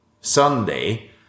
Sunday